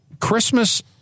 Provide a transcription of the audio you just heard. Christmas